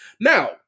Now